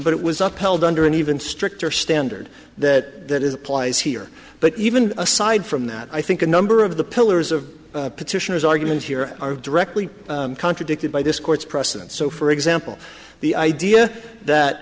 but it was up held under an even stricter standard that is applies here but even aside from that i think a number of the pillars of petitioners argument here are directly contradicted by this court's precedent so for example the idea that